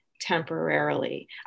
temporarily